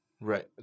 Right